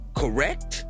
correct